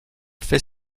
fait